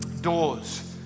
doors